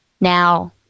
now